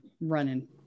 running